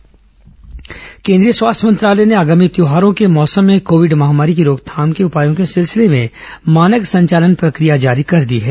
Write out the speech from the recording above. स्वास्थ्य मंत्रालय त्यौहार दिशा निर्देश केन्द्रीय स्वास्थ्य मंत्रालय ने आगामी त्योहारों के मौसम में कोविड महामारी की रोकथाम के उपायों के सिलसिले में मानक संचालन प्रक्रिया जारी कर दी है